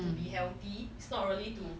to be healthy it's not really to